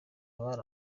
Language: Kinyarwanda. abari